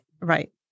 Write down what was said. Right